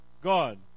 God